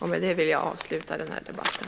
Med det vill jag avsluta den här debatten.